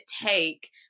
take